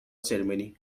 ceremony